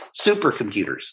supercomputers